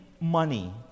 money